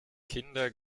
kinder